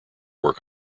work